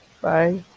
Bye